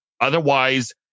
otherwise